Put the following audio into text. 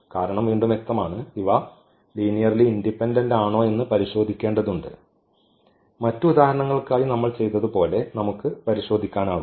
കാരണം വീണ്ടും വ്യക്തമാണ് ഇവ ലീനിയർലി ഇൻഡിപെൻഡന്റ് ആണോയെന്ന് പരിശോധിക്കേണ്ടതുണ്ട് മറ്റ് ഉദാഹരണങ്ങൾക്കായി നമ്മൾ ചെയ്തതുപോലെ നമുക്ക് പരിശോധിക്കാനാകും